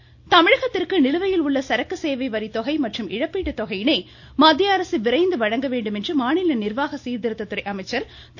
ஜெயக்குமார் தமிழகத்திற்கு நிலுவையில் உள்ள சரக்கு சேவை வரி தொகை மற்றும் இழப்பீட்டு தொகையினை மத்திய அரசு விரைந்து வழங்க வேண்டும் என்று மாநில நிர்வாக சீர்திருத்தத்துறை அமைச்சர் திரு